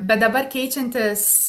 bet dabar keičiantis